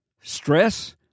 stress